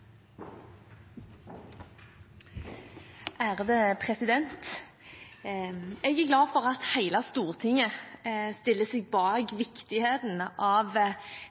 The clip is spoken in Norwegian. glad for at hele Stortinget stiller seg bak viktigheten av